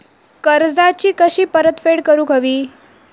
कर्जाची कशी परतफेड करूक हवी?